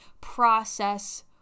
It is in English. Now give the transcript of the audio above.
process